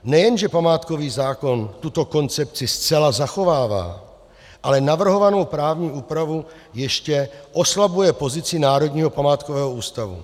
Nejen že památkový zákon tuto koncepci zcela zachovává, ale navrhovanou právní úpravou ještě oslabuje pozici Národního památkového ústavu.